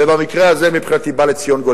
ובמקרה הזה, מבחינתי, בא לציון גואל.